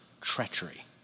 treachery